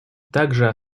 также